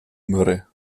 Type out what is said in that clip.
myrrhe